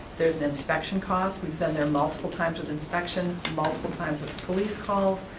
there's an inspection cost. we've been there multiple times with inspection, multiple times with police calls,